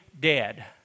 dead